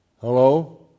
Hello